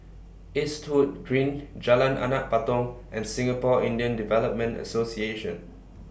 Eastwood Green Jalan Anak Patong and Singapore Indian Development Association